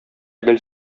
гел